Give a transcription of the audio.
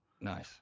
Nice